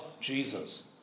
Jesus